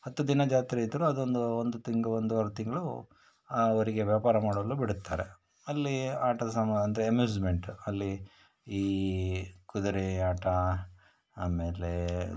ಹತ್ತು ದಿನ ಜಾತ್ರೆ ಇದ್ದರೆ ಅದೊಂದು ಒಂದು ತಿಂಗು ಒಂದೂವರೆ ತಿಂಗಳು ಅವರಿಗೆ ವ್ಯಾಪಾರ ಮಾಡಲು ಬಿಡುತ್ತಾರೆ ಅಲ್ಲಿ ಆಟದ ಸಾಮಾನು ಅಂದರೆ ಅಮ್ಯೂಸ್ಮೆಂಟು ಅಲ್ಲಿ ಈ ಕುದುರೆ ಆಟ ಆಮೇಲೆ